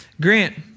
Grant